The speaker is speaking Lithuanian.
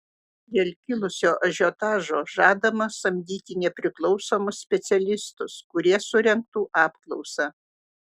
dėl kilusio ažiotažo žadama samdyti nepriklausomus specialistus kurie surengtų apklausą